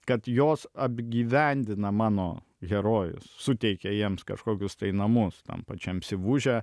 kad jos apgyvendina mano herojus suteikia jiems kažkokius tai namus tam pačiam sivuže